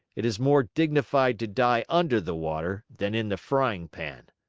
it is more dignified to die under the water than in the frying pan.